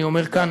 אני אומר כאן,